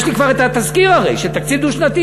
יש לי כבר התזכיר של תקציב דו-שנתי.